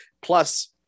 plus